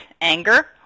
anger